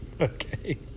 okay